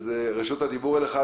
רשות הדיבור אליך,